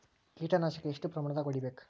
ಕೇಟ ನಾಶಕ ಎಷ್ಟ ಪ್ರಮಾಣದಾಗ್ ಹೊಡಿಬೇಕ?